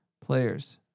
Players